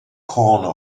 corner